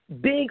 big